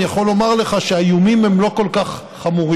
אני יכול לומר לך שהאיומים הם לא כל כך חמורים.